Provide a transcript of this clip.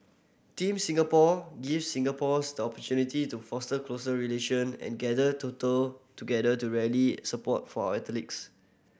Team Singapore gives Singaporeans opportunity to foster closer relation and gather total together to rally support for our athletes